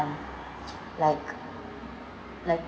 like like